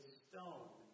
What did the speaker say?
stone